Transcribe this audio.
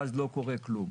ואז לא קורה כלום.